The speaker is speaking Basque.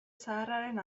zaharraren